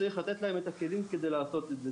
צריך לתת להם את הכלים לעשות את זה.